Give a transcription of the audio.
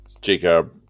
Jacob